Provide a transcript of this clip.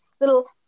little